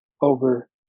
over